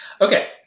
Okay